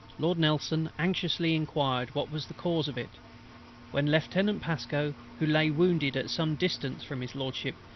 lord nelson anxiously inquired what was the cause of it when lieutenant pasco, who lay wounded at some distance from his lordship,